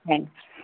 thanks